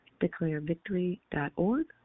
DeclareVictory.org